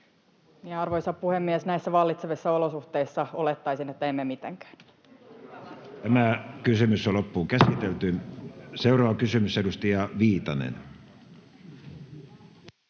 Arvoisa puhemies! Näissä vallitsevissa olosuhteissa olettaisin, että emme mitenkään. Seuraava kysymys, edustaja Viitanen.